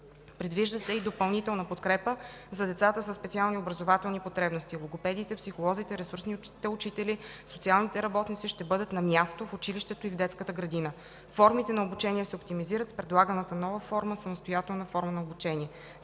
Предвижда се и допълнителна подкрепа за децата със специални образователни потребности. Логопедите, психолозите, ресурсните учители, социалните работници ще бъдат на място – в училището и в детската градина. Формите на обучение се оптимизират с предлаганата нова форма – самостоятелна форма на обучение.